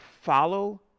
follow